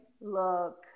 look